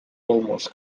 almost